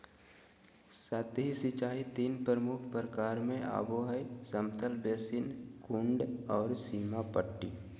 सतही सिंचाई तीन प्रमुख प्रकार में आबो हइ समतल बेसिन, कुंड और सीमा पट्टी